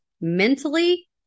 mentally